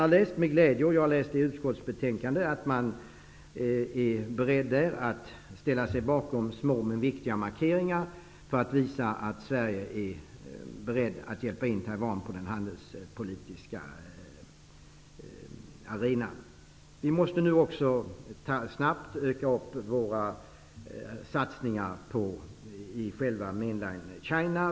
Jag har med glädje läst i utskottsbetänkandet att man är beredd att ställa sig bakom små men viktiga markeringar för att visa att Sverige är redo att hjälpa Taiwan att komma in på den handelspolitiska arenan. Vi måste också snabbt öka våra satsningar i Mainland China.